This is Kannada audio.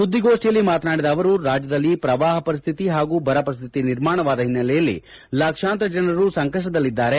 ಸುದ್ದಿಗೋಷ್ಠಿಯಲ್ಲಿ ಮಾತನಾಡಿದ ಅವರು ರಾಜ್ಯದಲ್ಲಿ ಪ್ರವಾಪ ಪರಿಸ್ಠಿತಿ ಹಾಗೂ ಬರ ಪರಿಸ್ಠಿತಿ ನಿರ್ಮಾಣವಾದ ಹಿನ್ನೆಲೆಯಲ್ಲಿ ಲಕ್ಷಾಂತರ ಜನರು ಸಂಕಷ್ಟದಲ್ಲಿದ್ದಾರೆ